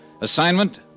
Assignment